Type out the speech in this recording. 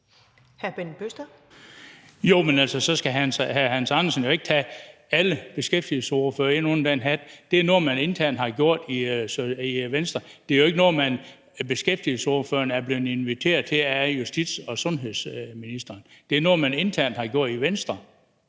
Jo, men så skal hr. Hans Andersen jo ikke tage alle beskæftigelsesordførere ind under den hat, for det er noget, man internt har gjort i Venstre. Det er jo ikke noget, beskæftigelsesordførerne er blevet inviteret til af justitsministeren og sundhedsministeren. Det er noget, man internt har gjort i Venstre,